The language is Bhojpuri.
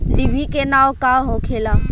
डिभी के नाव का होखेला?